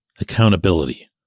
accountability